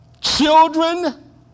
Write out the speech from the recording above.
children